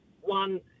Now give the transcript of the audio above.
One